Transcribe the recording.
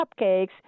cupcakes